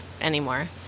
anymore